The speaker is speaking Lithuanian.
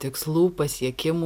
tikslų pasiekimų